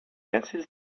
pencils